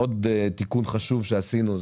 עוד תיקון חשוב שעשינו,